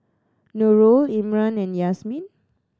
Nurul Imran and Yasmin